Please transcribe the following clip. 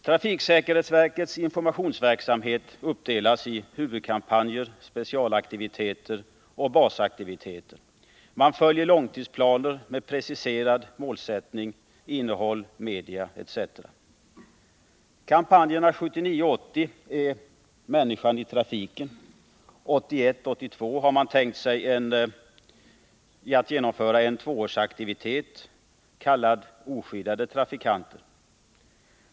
Trafiksäkerhetsverkets informationsverksamhet uppdelas i huvudkampanjer, specialaktiviteter och basaktiviteter. Man följer långtidsplaner med preciserad målsättning när det gäller innehåll, medier etc. Kampanjen 1979 82 har man tänkt sig att genomföra en tvåårsaktivitet kallad Oskyddade trafikanter.